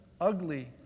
ugly